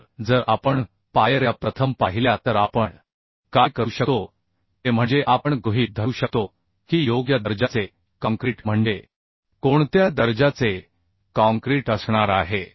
तर जर आपण पायऱ्या प्रथम पाहिल्या तर आपण काय करू शकतो ते म्हणजे आपण गृहीत धरू शकतो की योग्य दर्जाचे काँक्रीट म्हणजे कोणत्या दर्जाचे काँक्रीट असणार आहे